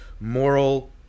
moral